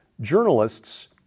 journalists